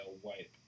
white